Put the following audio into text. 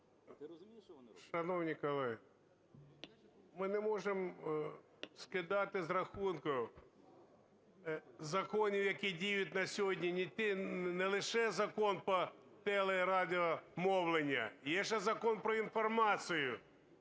Шановні колеги, ми не можемо скидати з рахунку закони, які діють на сьогодні, не лише Закон про телерадіомовлення, є ще Закон "Про інформацію",